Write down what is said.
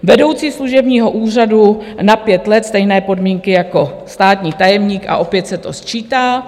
Vedoucí služebního úřadu na 5 let stejné podmínky jako státní tajemník a opět se to sčítá.